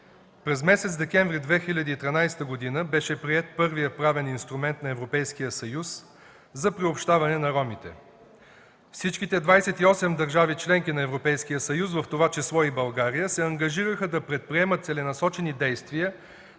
през месец декември 2013 г. беше приет първият правен инструмент на Европейския съюз за приобщаване на ромите. Всички 28 държави – членки на Европейския съюз, в това число и България, се ангажираха да предприемат целенасочени действия